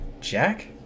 Jack